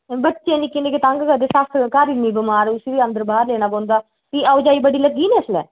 बच्चे निक्के निक्के तंग करदे सस्स घर इन्नी बमार ऐ उस्सी बी अंदर बाह्र लैना पौंदा फ्ही आओ जाई बड़ी लग्गी दी निं इसलै